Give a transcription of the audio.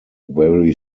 very